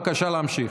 בבקשה להמשיך.